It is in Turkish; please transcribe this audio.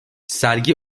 sergi